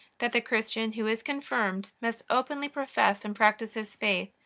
that the christian who is confirmed must openly profess and practice his faith,